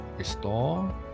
Restore